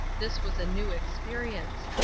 this was a new experience.